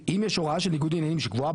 אם יש הוראה של ניגוד עניינים שקבועה